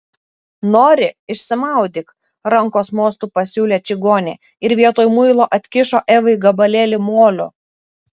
nori išsimaudyk rankos mostu pasiūlė čigonė ir vietoj muilo atkišo evai gabalėlį molio